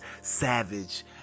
savage